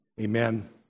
Amen